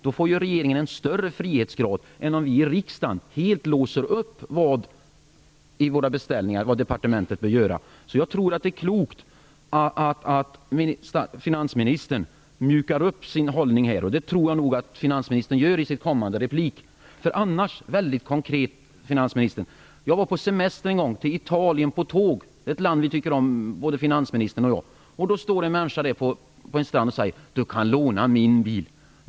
Då får regeringen en större frihetsgrad, än om vi i riksdagen i våra beställningar helt låser departementet i fråga om vad man bör göra. Jag tror att det är klokt att finansministern mjukar upp sin hållning, och jag tror också att han kommer att göra det i sin kommande replik. Jag skall berätta om ett väldigt konkret exempel för finansministern. Jag var på semester en gång med tåg till Italien, ett land vi tycker om, både finansministern och jag. Det stod en människa där på stranden och sade: - Du kan låna min bil!